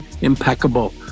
impeccable